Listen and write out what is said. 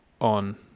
on